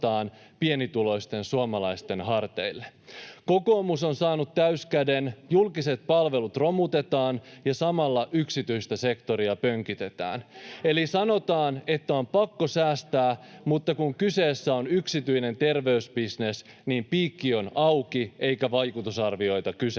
pienituloisten suomalaisten harteille. Kokoomus on saanut täyskäden: julkiset palvelut romutetaan, ja samalla yksityistä sektoria pönkitetään. Eli sanotaan, että on pakko säästää, mutta kun kyseessä on yksityinen terveysbisnes, niin piikki on auki, eikä vaikutusarvioita kysellä.